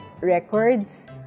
records